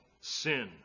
sin